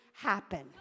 happen